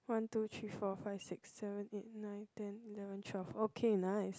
one two three four five six seven eight nine ten eleven twelve okay nice